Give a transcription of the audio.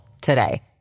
today